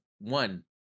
one